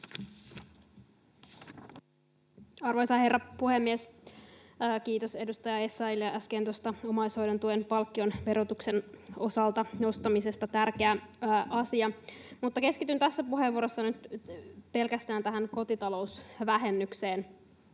Arvoisa herra puhemies! Kiitos edustaja Essayahille äsken tuosta omaishoidontuen palkkion esiin nostamisesta verotuksen osalta. Se on tärkeä asia, mutta keskityn tässä puheenvuorossa nyt pelkästään tähän kotitalousvähennykseen.